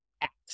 act